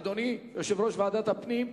אדוני יושב-ראש ועדת הפנים,